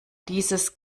dieses